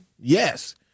yes